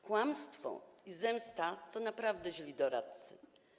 Kłamstwo i zemsta to naprawdę źli doradcy.